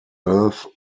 earth